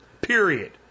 Period